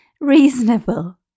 reasonable